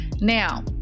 now